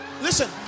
Listen